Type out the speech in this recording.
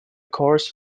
course